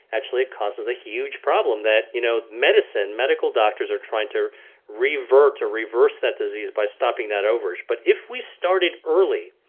actually it causes a huge problem that you know medicine, medical doctors, are trying to revert or reverse that disease by stopping that overage but if we started early.